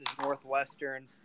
Northwestern